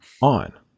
on